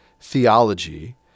theology